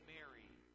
Mary